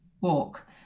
walk